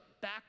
back